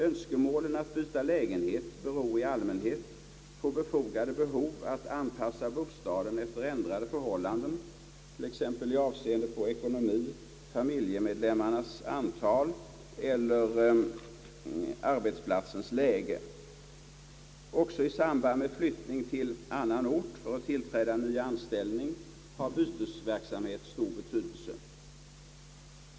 Önskemålen att byta lägenhet beror i allmänhet på befogade behov att anpassa bostaden efter ändrade förhållanden t.ex. i avseende på ekonomi, familjemedlemmarnas antal eller arbetsplatsens läge. även i samband med flyttning till annan ort för att tillträda ny anställning har bytesverksamhet stor betydelse.